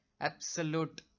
absolute